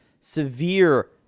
severe